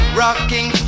rocking